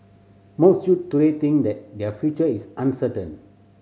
most youths today think that their future is uncertain